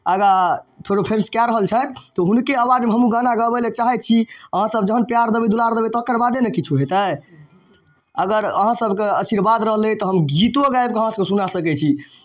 आगाँ कऽ रहल छथि कि हुनके आवाजमे हमहूँ गाना गाबैलए चाहै छी अहाँसब जहन प्यार देबै दुलार देबै तकर बादे ने किछु हेतै अगर अहाँसबके आशीर्वाद रहलै तऽ हम गीतो गाबिकऽ अहाँ सबके सुना सकै छी